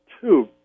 two